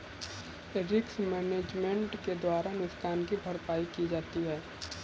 risk management के द्वारा नुकसान की भरपाई की जाती है